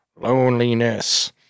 loneliness